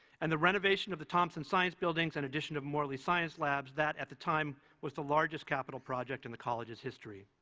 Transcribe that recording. and the renovation of the thompson science buildings and addition of the morley science labs that, at the time, was the largest capital project in the college's history.